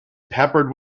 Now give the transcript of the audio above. peppered